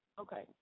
okay